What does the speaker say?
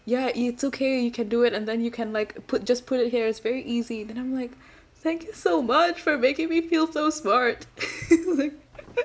ya it's okay you can do it and then you can like put just put it here it's very easy then I'm like thank you so much for making me feel so smart